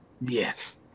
Yes